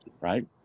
right